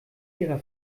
ihrer